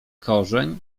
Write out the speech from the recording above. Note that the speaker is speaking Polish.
korzeń